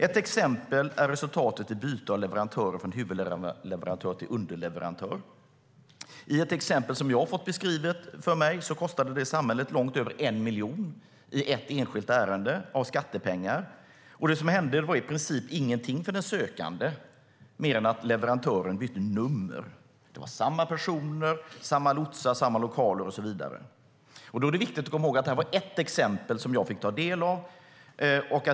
Ett exempel är resultatet vid byte av leverantör från huvudleverantör till underleverantör. I ett exempel som jag har fått beskrivet för mig kostade detta samhället långt över 1 miljon i skattepengar i ett enskilt ärende. Det som hände var i princip ingenting för den sökande mer än att leverantören bytte nummer. Det var samma personer, samma lotsar, samma lokaler och så vidare. Det är viktigt att komma ihåg att det här var ett exempel som jag fick ta del av.